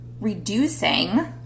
reducing